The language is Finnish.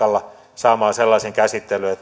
saamaan sellaisen käsittelyn